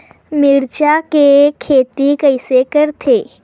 मिरचा के खेती कइसे करथे?